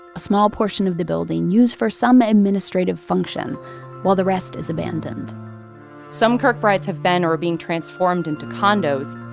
a small portion of the building used for some administrative function while the rest is abandoned some kirkbrides have been or are being transformed into condos.